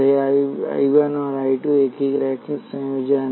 तो यह I 1 और I 2 का एक ही रैखिक संयोजन है